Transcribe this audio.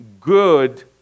good